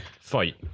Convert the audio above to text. fight